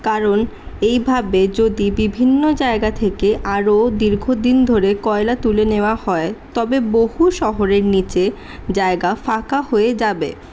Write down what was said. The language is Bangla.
কারণ এইভাবে যদি বিভিন্ন জায়গা থেকে আরও দীর্ঘদিন ধরে কয়লা তুলে নেওয়া হয় তবে বহু শহরের নিচে জায়গা ফাঁকা হয়ে যাবে